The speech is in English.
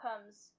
comes